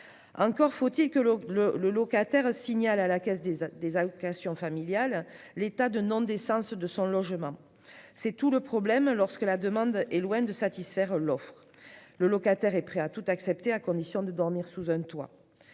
Encore faut-il que le locataire signale à la caisse d'allocations familiales l'état de non-décence de son logement. C'est tout le problème lorsque la demande est loin de satisfaire l'offre. Le locataire est prêt à tout accepter pour dormir sous un toit.